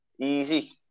easy